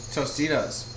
Tostitos